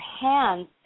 hands